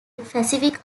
pacific